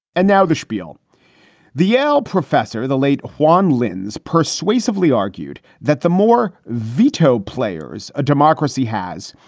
and now the schpiel the yale professor, the late juan linz, persuasively argued that the more veto players a democracy has,